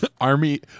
Army